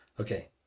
Okay